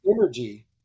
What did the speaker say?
energy